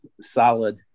solid